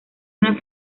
una